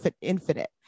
Infinite